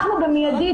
במידית,